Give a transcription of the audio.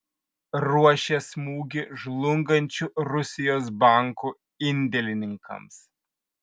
ruošia smūgį žlungančių rusijos bankų indėlininkams